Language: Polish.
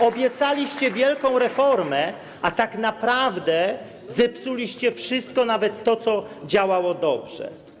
Obiecaliście wielką reformę, a tak naprawdę zepsuliście wszystko, nawet to, co działało dobrze.